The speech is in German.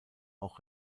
auch